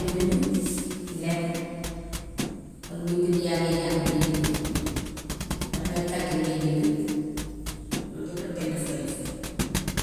Ngay bind ledd walla ngay bind yaa dee jàng walla nga kalkin ngay bind. Lool de da pen daf koy def.